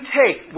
take